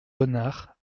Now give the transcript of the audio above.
renard